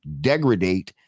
degradate